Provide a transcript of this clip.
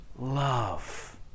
Love